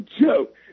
joke